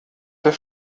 der